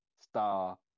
star